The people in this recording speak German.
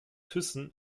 thyssen